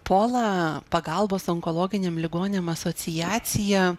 pola pagalbos onkologiniam ligoniam asociacija